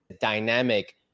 Dynamic